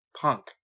Punk